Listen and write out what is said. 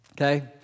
okay